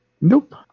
Nope